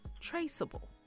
traceable